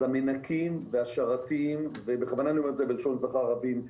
אז המנקים והשרתים בכוונה אני אומר את זה בלשון זכר רבים.